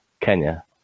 Kenya